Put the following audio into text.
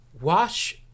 wash